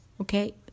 okay